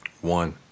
One